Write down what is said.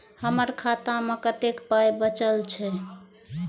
हमर खाता मे कतैक पाय बचल छै